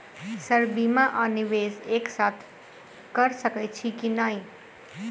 Sir बीमा आ निवेश एक साथ करऽ सकै छी की न ई?